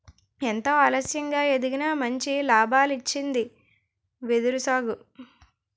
ఎంతో ఆలస్యంగా ఎదిగినా మంచి లాభాల్నిచ్చింది వెదురు సాగు